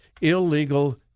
illegal